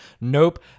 Nope